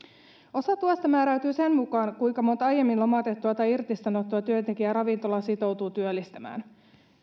osa tuesta määräytyy sen mukaan kuinka monta aiemmin lomautettua tai irtisanottua työntekijää ravintola sitoutuu työllistämään